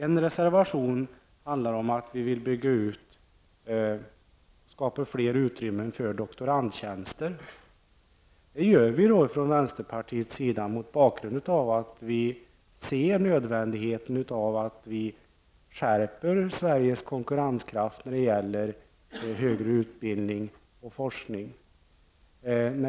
En reservation handlar om att vi vill bygga ut och skapa större utrymme för doktorandtjänster. Det vill vi i vänsterpartiet mot bakgrund av att vi ser nödvändigheten av att skärpa Sveriges konkurrenskraft när det gäller högre utbildning och forskning.